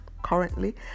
currently